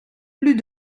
plus